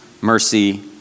mercy